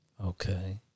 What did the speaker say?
Okay